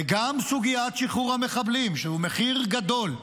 וגם סוגיית שחרור המחבלים, שהוא מחיר גדול,